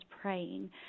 praying